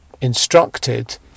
instructed